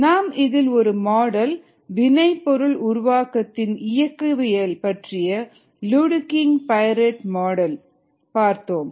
நாம் இதில் ஒரு மாடல் வினை பொருள் உருவாக்கத்தின் இயக்கவியல் பற்றிய லூடுகிங் பைரேட் மாடல் பார்த்தோம்